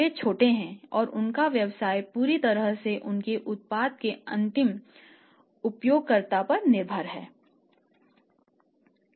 वे छोटे हैं और उनका व्यवसाय पूरी तरह से उनके उत्पाद के अंतिम उपयोगकर्ता पर निर्भर है